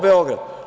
Beograd.